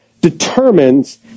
determines